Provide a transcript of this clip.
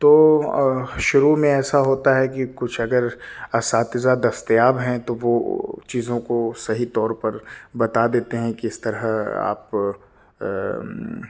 تو شروع میں ایسا ہوتا ہے کہ کچھ اگر اساتذہ دستیاب ہیں تو وہ چیزوں کو صحیح طور پر بتا دیتے ہیں کس طرح آپ